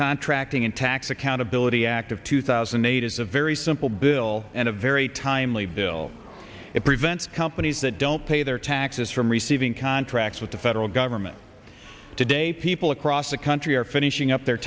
contracting and tax accountability act of two thousand and eight is a very simple bill and a very timely bill it prevents companies that don't pay their taxes from receiving contracts with the federal government today people across the country are finishing up their